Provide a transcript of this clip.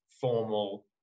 formal